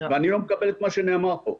ואני לא מקבל את מה שנאמר פה.